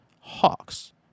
hawks